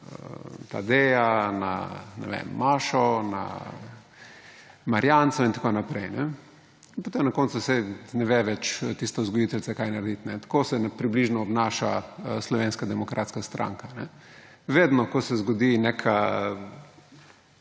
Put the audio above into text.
na Tadeja, na, ne vem, Mašo, na Marjanco in tako naprej. In potem na koncu ne ve več tista vzgojiteljica, kaj naj naredi. Tako se približno obnaša Slovenska demokratska stranka. Vedno ko se zgodi neka,